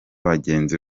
bagenzi